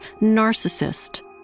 narcissist